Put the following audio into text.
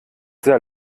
sehr